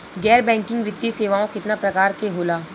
गैर बैंकिंग वित्तीय सेवाओं केतना प्रकार के होला?